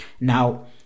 Now